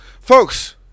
Folks